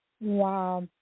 Wow